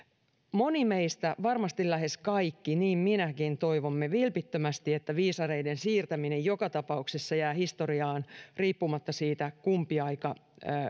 moni meistä varmasti lähes kaikki niin minäkin toivoo vilpittömästi että viisareiden siirtäminen joka tapauksessa jää historiaan riippumatta siitä kumpi aika